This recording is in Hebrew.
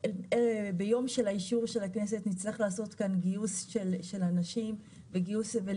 ביום האישור של הכנסת נצטרך לעשות כאן גיוס של אנשים ולהשתמש